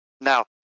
Now